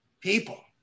people